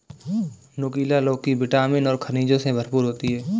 नुकीला लौकी विटामिन और खनिजों से भरपूर होती है